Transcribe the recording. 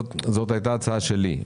זאת הייתה הצעה שלי,